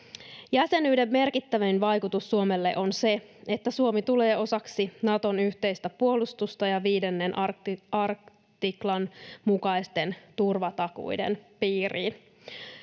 Jäsenyyden merkittävin vaikutus Suomelle on se, että Suomi tulee osaksi Naton yhteistä puolustusta ja 5 artiklan mukaisten turvatakuiden piiriin.